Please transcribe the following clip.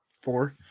four